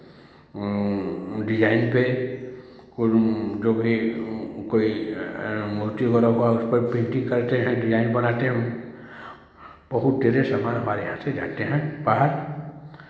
design पे कोई जो भी कोई मूर्ति वगैरह होगा उस पे पेंटिंग करते हैं डिज़ाइन बनाते हैं बहुत तेज़ी से हमारे यहाँ से जाते हैं बाहर